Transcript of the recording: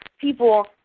people